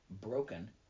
broken